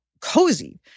cozy